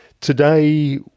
Today